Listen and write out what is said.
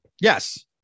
Yes